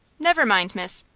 never mind, miss,